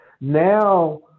Now